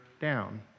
down